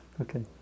okay